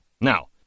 Now